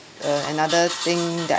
uh another thing that